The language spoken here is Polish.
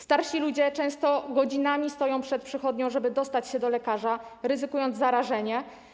Starsi ludzie często godzinami stoją przed przychodnią, żeby dostać się do lekarza, ryzykując zarażenie.